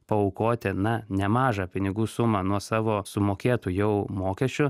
paaukoti na nemažą pinigų sumą nuo savo sumokėtų jau mokesčių